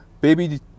Baby